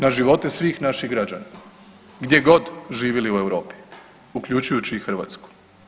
Na živote svih naših građana gdje god živili u Europi uključujući i Hrvatsku.